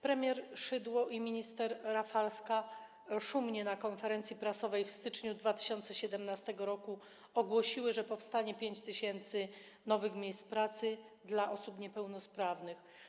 Premier Szydło i minister Rafalska na konferencji prasowej w styczniu 2017 r. szumnie ogłosiły, że powstanie 5 tys. nowych miejsc pracy dla osób niepełnosprawnych.